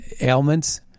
ailments